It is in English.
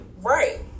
right